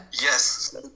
Yes